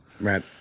Right